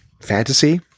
Fantasy